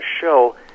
show